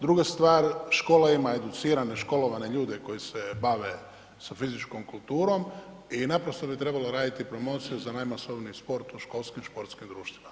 Druga stvar, škola ima educirane školovane ljude koji se bave sa fizičkom kulturom i naprosto bi trebalo raditi promociju za najmasovniji sport u sportskim školskim društvima.